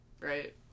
right